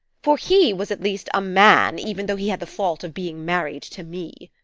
for he was at least a man, even though he had the fault of being married to me.